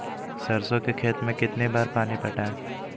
सरसों के खेत मे कितना बार पानी पटाये?